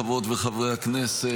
חברות וחברי הכנסת,